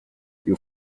you